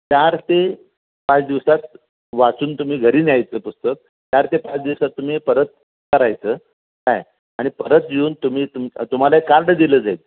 चार ते पाच दिवसांत वाचून तुम्ही घरी न्यायचं पुस्तक चार ते पाच दिवसांत तुम्ही परत करायचं काय आणि परत येऊन तुम्ही तुम तुम्हाला एक कार्ड दिलं जाईल